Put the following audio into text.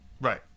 Right